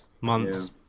months